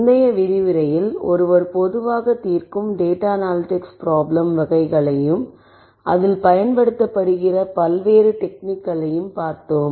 முந்தைய விரிவுரையில் ஒருவர் பொதுவாக தீர்க்கும் டேட்டா அனாலிடிக்ஸ் ப்ராப்ளம் வகைகளையும் அதில் பயன்படுத்தப்படுகின்ற பல்வேறு டெக்னிக்களையும் பார்த்தோம்